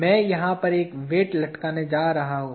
मैं यहाँ पर एक भार लटकाने जा रहा हूँ